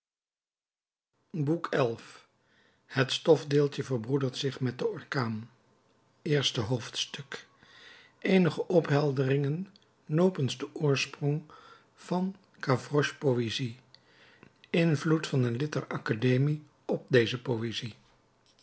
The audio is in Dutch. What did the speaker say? boek xi het stofdeeltje verbroedert zich met den orkaan eerste hoofdstuk eenige ophelderingen nopens den oorsprong van gavroches poëzie invloed van een lid der academie op deze poëzie